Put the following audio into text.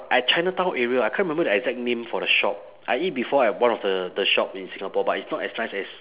at chinatown area I can't remember the exact name for the shop I eat before at one of the the shop in singapore but it's not as nice as